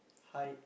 height